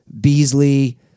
Beasley